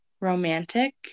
romantic